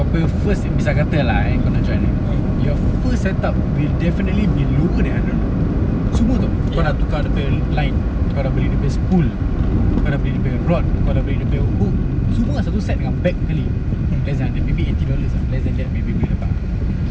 kau [pe] first misal kata lah ya kau nak join ya your first set-up will definitely be lower than hundred semua [tau] kau dah tukar kata line kau dah beli dia punya spool kau dah beli dia punya rod kau dah beli dia punya hook semua satu set dengan bag sekali that's uh maybe eighty dollars ah less than that maybe boleh dapat ah